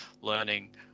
learning